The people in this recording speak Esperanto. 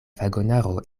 vagonaro